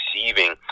receiving